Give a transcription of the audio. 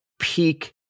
peak